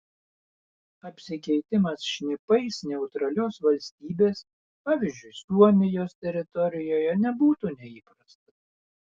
apsikeitimas šnipais neutralios valstybės pavyzdžiui suomijos teritorijoje nebūtų neįprastas